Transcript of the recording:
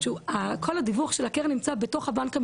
שכל הדיווח של הקרן נמצא בתוך הבנק המרכזי.